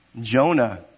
Jonah